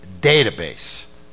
database